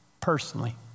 personally